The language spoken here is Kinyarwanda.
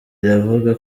iravuga